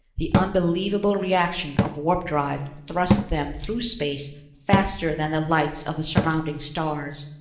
the unbelievable reaction of warp-drive thrust them through space faster than the lights of the surrounding stars,